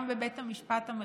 גם בבית המשפט המחוזי,